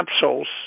capsules